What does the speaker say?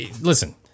Listen